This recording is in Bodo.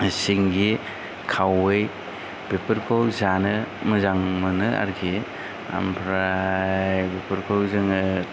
सिंगि खावै बेफोरखौ जानो मोजां मोनो आरोखि ओमफ्राय बेफोरखौ जोङो